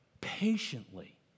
patiently